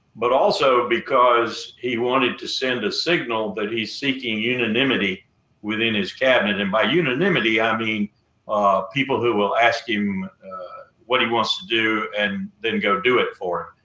but also because he wanted to send a signal that he's seeking unanimity within his cabinet. and by unanimity i mean people who will ask him what he wants to do and then go do it for